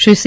Shri C